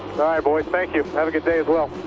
thank you. have a good day as well.